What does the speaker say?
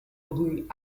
brut